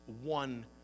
one